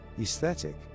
aesthetic